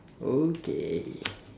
okay